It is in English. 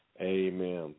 amen